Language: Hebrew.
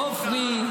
לעפרי,